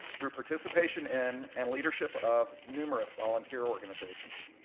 through participation in and leadership of numerous volunteer organizations.